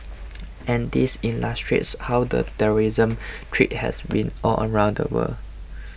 and these illustrates how the terrorism threat has been all around the world